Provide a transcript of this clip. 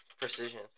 Precision